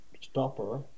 stopper